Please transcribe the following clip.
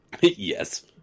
Yes